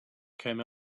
came